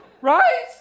Right